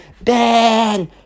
Ben